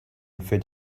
fit